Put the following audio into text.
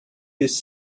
his